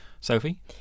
Sophie